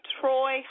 Troy